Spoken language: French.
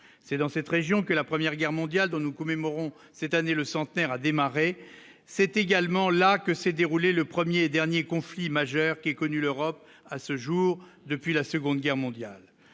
c'est dans cette région que la première guerre mondiale dont nous commémorons cette année le centenaire a démarré, c'est également là que s'est déroulé le 1er et dernier conflit majeur qui est connu : l'Europe à ce jour, depuis la Seconde Guerre mondiale,